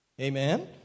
Amen